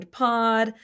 pod